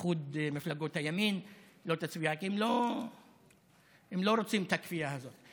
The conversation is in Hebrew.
איחוד מפלגות הימין לא יצביעו כי הם לא רוצים את הכפייה הזאת.